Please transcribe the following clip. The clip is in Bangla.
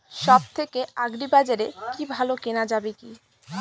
সব থেকে আগ্রিবাজারে কি ভালো কেনা যাবে কি?